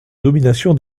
domination